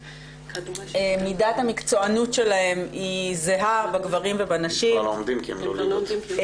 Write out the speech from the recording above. מידת המקצועניות שלהן היא זהה בגברים ובנשים ולכן